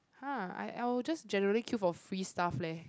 !huh! I I will just generally queue for free stuff leh